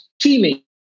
teaming